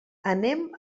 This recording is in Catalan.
anem